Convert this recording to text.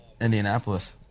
Indianapolis